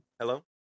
hello